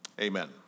Amen